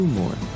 more